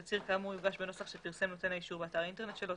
תצהיר כאמור יוגש בנוסח שפרסם נותן האישור באתר האינטרנט שלו.